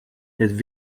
that